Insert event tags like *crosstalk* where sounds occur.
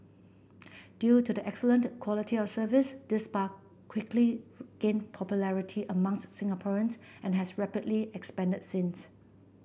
*noise* due to the excellent quality of service this spa quickly gain popularity amongst Singaporeans and has rapidly expanded since